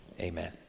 amen